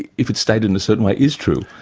if it's stated in a certain way, is true,